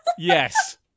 Yes